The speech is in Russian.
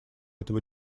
этого